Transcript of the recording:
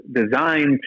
designed